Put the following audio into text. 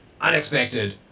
unexpected